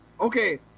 Okay